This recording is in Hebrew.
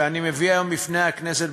שאני מביא היום בפני הכנסת,